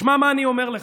תשמע מה אני אומר לך.